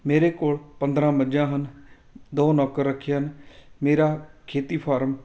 ਮੇਰੇ ਕੋਲ ਪੰਦਰਾਂ ਮੱਝਾਂ ਹਨ ਦੋ ਨੌਕਰ ਰੱਖੇ ਹਨ ਮੇਰਾ ਖੇਤੀ ਫਾਰਮ